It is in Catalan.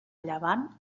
llevant